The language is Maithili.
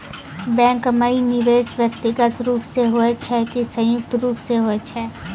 बैंक माई निवेश व्यक्तिगत रूप से हुए छै की संयुक्त रूप से होय छै?